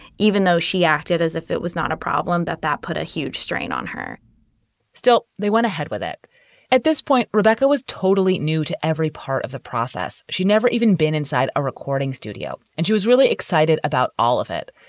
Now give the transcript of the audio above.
even though she acted as if it was not a problem, that that put a huge strain on her still, they went ahead with it at this point. rebecca was totally new to every part of the process. she'd never even been inside a recording studio. and she was really excited about all of it.